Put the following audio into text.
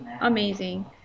amazing